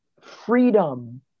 freedom